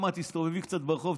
שגם את תסתובבי קצת ברחוב,